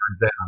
down